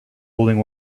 holding